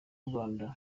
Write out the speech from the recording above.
rwanda